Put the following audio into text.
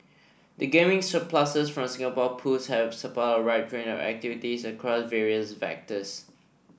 the gaming surpluses from Singapore Pools have supported a wide range of activities across various sectors